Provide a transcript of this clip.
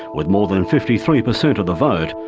with more than fifty three percent of the vote.